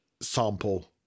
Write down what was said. sample